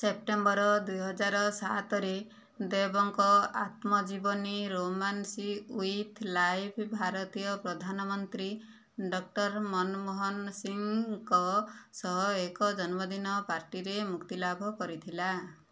September ଦୁଇ ହଜାର ସାତରେ ଦେବଙ୍କ ଆତ୍ମଜୀବନୀ ରୋମାନ୍ସିଂ ୱିଥ୍ ଲାଇଫ୍ ଭାରତୀୟ ପ୍ରଧାନମନ୍ତ୍ରୀ ଡକ୍ଟର ମନମୋହନ ସିଂଙ୍କ ସହ ଏକ ଜନ୍ମଦିନ ପାର୍ଟିରେ ମୁକ୍ତିଲାଭ କରିଥିଲା